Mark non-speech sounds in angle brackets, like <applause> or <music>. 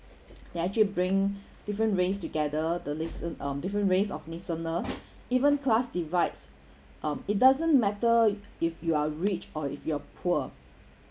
<noise> they actually bring <breath> different races together the listen um different race of listener <breath> even class divides <breath> um it doesn't matter if you are rich or if you're poor